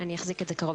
עצמו